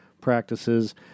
practices